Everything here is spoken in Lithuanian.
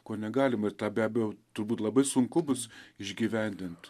ko negalima ir tą be abejo turbūt labai sunku bus išgyvendint